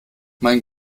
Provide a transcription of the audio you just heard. mein